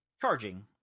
charging